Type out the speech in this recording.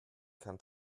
kann